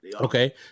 Okay